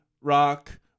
rock